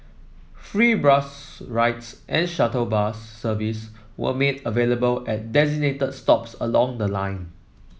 free bus rides and shuttle bus service were made available at designated stops along the line